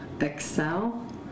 Excel